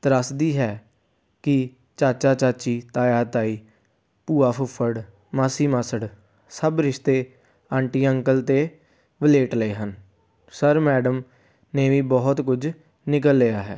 ਤਰਾਸਦੀ ਹੈ ਕਿ ਚਾਚਾ ਚਾਚੀ ਤਾਇਆ ਤਾਈ ਭੂਆ ਫੁੱਫੜ ਮਾਸੀ ਮਾਸੜ ਸਭ ਰਿਸ਼ਤੇ ਆਂਟੀ ਅੰਕਲ 'ਤੇ ਵਲੇਟ ਲਏ ਹਨ ਸਰ ਮੈਡਮ ਨੇ ਵੀ ਬਹੁਤ ਕੁਝ ਨਿਗਲ ਲਿਆ ਹੈ